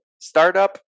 Startup